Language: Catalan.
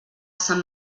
sant